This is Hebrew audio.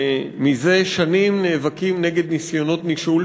שמזה שנים נאבקים נגד ניסיונות נישול,